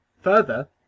Further